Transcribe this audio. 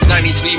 93